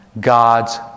God's